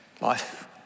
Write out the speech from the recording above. life